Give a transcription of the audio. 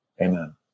Amen